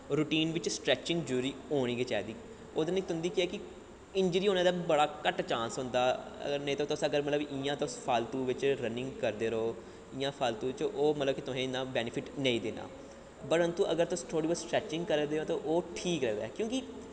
routine बिच्च stretching जरूरी होनी गै चाहिदी ओह्दे नै तुं'दी केह् ऐ कि इंजरी होने दा बड़ा घट्ट चांस होंदा अगर नेईं ते इयां अगर इ'यां तुस फालतु बिच्च रनिंग करदे रवो इ'यां फालतु बिच्च ओह् मतलब कि तुसें इ'यां बैनिफिट नेईं देना परन्तु अगर तुस थोह्ड़ी बौह्त स्ट्रैचिंग करै दे ओ ते ओह् ठीक ऐ गल्ल क्योंकि